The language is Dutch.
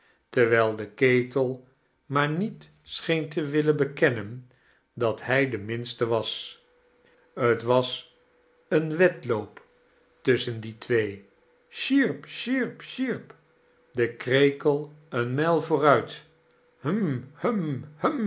terwijl de ketel maar niet scheen te willen bekennen dat hij de minste was t was een wedloop t-ussohen die twee sjierp sjierp sjierp de krekel een mijl vo-oruit hum